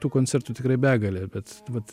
tų koncertų tikrai begalė bet vat